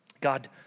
God